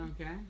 Okay